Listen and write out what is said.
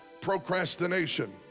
Procrastination